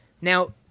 Now